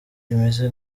imeze